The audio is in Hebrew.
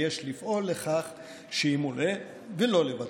ויש לפעול לכך שימולא ולא לבטלו.